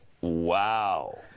wow